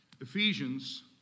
Ephesians